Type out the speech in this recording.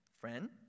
friend